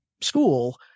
school